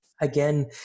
Again